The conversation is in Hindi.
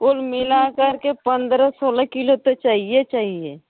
कुल मिला करके पंद्रह सोलह किलो तो चाहिए चाहिए